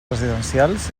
residencials